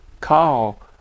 call